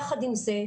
יחד עם זאת,